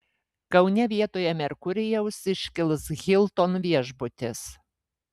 kaune vietoje merkurijaus iškils hilton viešbutis